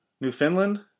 Newfoundland